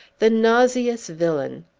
the nauseous villain!